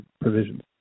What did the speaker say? provisions